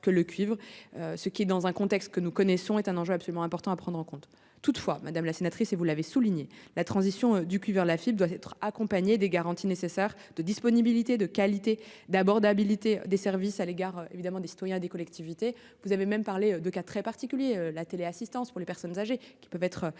que le cuivre, ce qui, dans le contexte que nous connaissons, est un enjeu important qu'il faut prendre en compte. Toutefois, madame la sénatrice, comme vous l'avez souligné, la transition du cuivre vers la fibre doit s'accompagner des garanties nécessaires de disponibilité, de qualité et d'abordabilité des services à l'égard de nos concitoyens et des collectivités. Vous avez évoqué des cas très particuliers, comme la téléassistance pour les personnes âgées, qui sont parmi